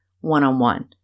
one-on-one